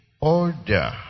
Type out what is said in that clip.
order